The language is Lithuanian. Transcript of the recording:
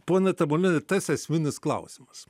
poną tamulioni tas esminis klausimas